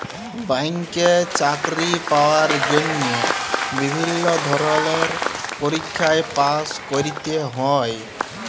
ব্যাংকে চাকরি পাওয়ার জন্হে বিভিল্য ধরলের পরীক্ষায় পাস্ ক্যরতে হ্যয়